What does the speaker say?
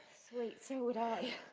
sweet, so would i